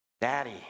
Daddy